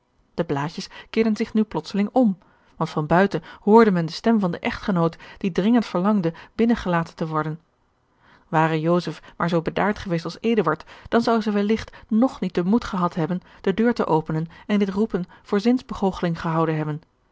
de blaadjes keerden zich nu plotseling om want van buiten hoorde men de stem van den echtgenoot die dringend verlangde binnen gelaten te worden ware joseph maar zoo bedaard geweest als eduard dan zou zij welligt nog niet den moed gehad hebben de deur te openen en dit roepen voor zinsbegoocheling gehouden hebben